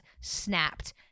snapped